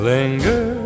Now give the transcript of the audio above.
Linger